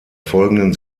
folgenden